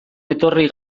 etorri